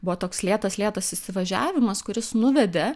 buvo toks lėtas lėtas įsivažiavimas kuris nuvedė